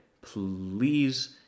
please